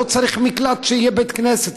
לא צריך מקלט שיהיה בית כנסת,